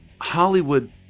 Hollywood